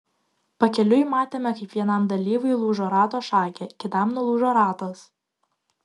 pakeliui matėme kaip vienam dalyviui lūžo rato šakė kitam nulūžo ratas